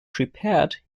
prepared